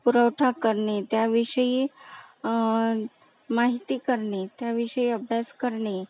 पुरवठा करणे त्याविषयी माहिती करणे त्याविषयी अभ्यास करणे